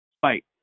fight